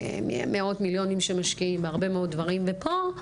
מאות מיליונים שמשקיעים בהרבה מאוד דברים ופה,